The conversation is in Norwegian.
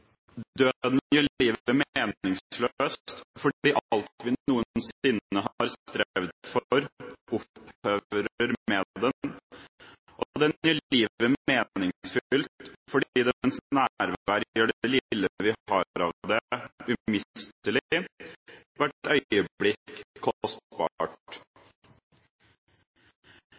gjør livet meningsløst fordi alt vi noensinne har strevd for, opphører med den, og den gjør livet meningsfylt fordi dens nærvær gjør det lille vi har av det, umistelig, hvert øyeblikk kostbart.»